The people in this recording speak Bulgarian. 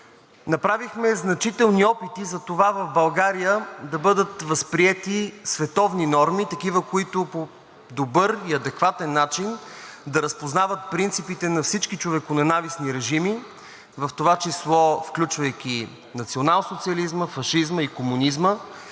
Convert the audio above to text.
Направихме значителни опити за това в България да бъдат възприети световни норми – такива, които по добър и адекватен начин да разпознават принципите на всички човеконенавистни режими, в това число включвайки националсоциализма, фашизма и комунизма,